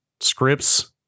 scripts